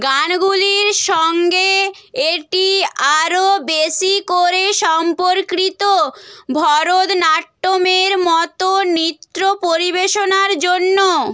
গানগুলির সঙ্গে এটি আরও বেশি করে সম্পর্কিত ভারতনাট্যমের মতো নৃত্য পরিবেশনার জন্য